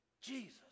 Jesus